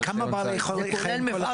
הציידים צדים חיות ציד שהן בדרך